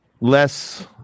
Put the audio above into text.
less